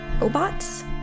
robots